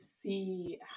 see